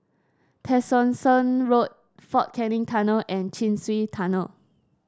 Tessensohn Road Fort Canning Tunnel and Chin Swee Tunnel